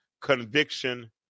Conviction